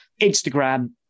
Instagram